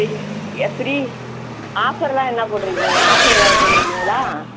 ஃப் ஃப்ரீ ஆஃபர்லாம் என்னா போட்டிருக்கீங்க ஆஃபர் ஏதாவது போட்டிருக்கீங்களா